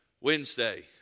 Wednesday